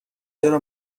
چرا